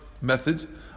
method